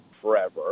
forever